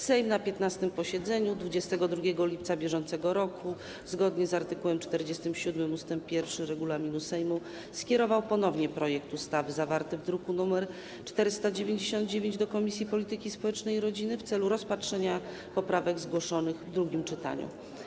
Sejm na 15. posiedzeniu 22 lipca br., zgodnie z art. 47 ust. 1 regulaminu Sejmu, skierował ponownie projekt ustawy zawarty w druku nr 499 do Komisji Polityki Społecznej i Rodziny w celu rozpatrzenia poprawek zgłoszonych w drugim czytaniu.